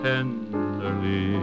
Tenderly